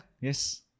Yes